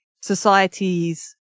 societies